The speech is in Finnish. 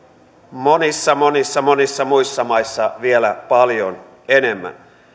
monissa monissa monissa muissa maissa vielä paljon enemmän